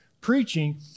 preaching